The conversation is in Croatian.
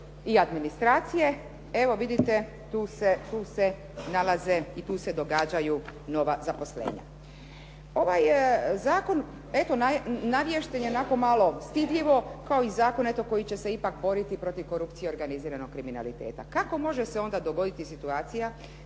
i administracije evo vidite tu se nalaze i tu se događaju nova zaposlenja. Ovaj zakon eto navješten je onako malo stidljivo kao i zakon eto koji će se ipak boriti protiv korupcije i organiziranog kriminaliteta. Kako može se onda dogoditi situacija